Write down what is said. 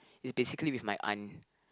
it's basically with my aunt